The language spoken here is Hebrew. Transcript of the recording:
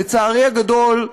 לצערי הגדול,